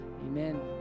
amen